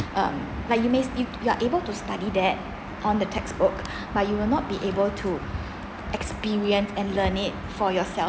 um like you may see you are able to study that on the textbook but you will not be able to experience and learn it for yourself